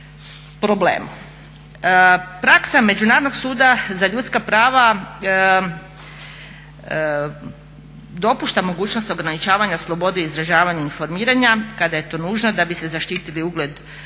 problemu. Praksa Međunarodnog suda za ljudska prava dopušta mogućnost ograničavanja slobode izražavanja informiranja kad je to nužno da bi se zaštitili ugled i